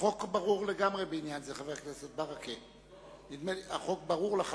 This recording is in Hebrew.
חבר הכנסת ברכה, החוק ברור לגמרי בעניין זה.